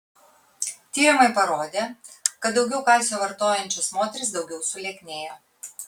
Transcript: tyrimai parodė kad daugiau kalcio vartojančios moterys daugiau sulieknėjo